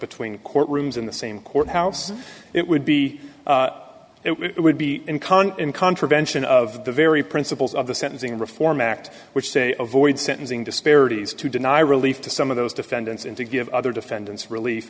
between courtrooms in the same courthouse it would be it would be in con in contravention of the very principles of the sentencing reform act which say avoid sentencing disparities to deny relief to some of those defendants and to give other defendants relief